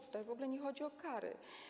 Tutaj w ogóle nie chodzi o kary.